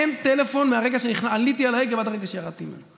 שאין טלפון מהרגע שעליתי על ההגה ועד הרגע שירדתי ממנו?